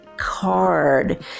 card